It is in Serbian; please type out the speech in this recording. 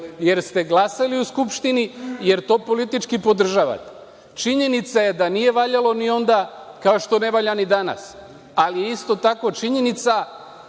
jer ste glasali u Skupštini, jer to politički podržavate. Činjenica je da nije valjalo ni onda, kao što ne valja ni danas, ali je isto tako činjenica